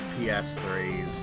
PS3s